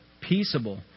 peaceable